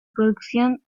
producción